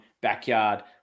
Backyard